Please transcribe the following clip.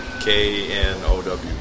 K-N-O-W